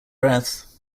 breath